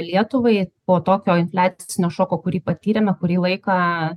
lietuvai po tokio infliacinio šoko kurį patyrėme kurį laiką